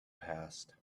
passed